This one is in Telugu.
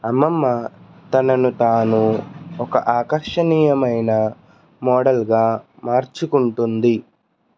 అమ్మమ్మ తనను తాను ఒక ఆకర్షణీయమైన మోడల్గా మార్చుకుంటుంది